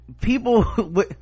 people